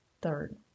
Third